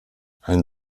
ein